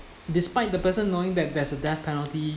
despite the person knowing that there's a death penalty